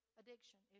addiction